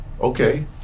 okay